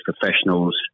professionals